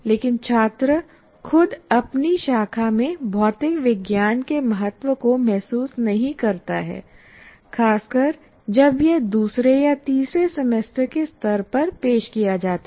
लेकिन छात्र खुद अपनी शाखा में भौतिक विज्ञान के महत्व को महसूस नहीं करता है खासकर जब यह दूसरे या तीसरे सेमेस्टर के स्तर पर पेश किया जाता है